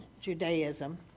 Judaism